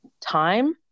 time